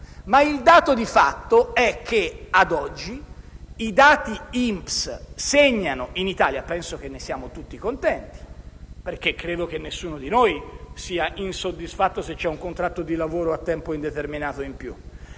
Ma il dato di fatto è che, ad oggi, i dati INPS segnano in Italia - e penso che ne siamo tutti contenti, perché credo che nessuno di noi sia insoddisfatto se vi è un contratto di lavoro a tempo indeterminato in più